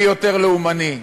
מי יותר לאומני.